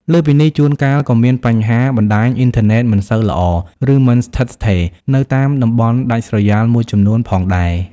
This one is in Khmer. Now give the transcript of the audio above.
លើសពីនេះ ជួនកាលក៏មានបញ្ហាបណ្ដាញអ៊ីនធឺណិតមិនសូវល្អ ឬមិនស្ថិតស្ថេរ នៅតាមតំបន់ដាច់ស្រយាលមួយចំនួនផងដែរ។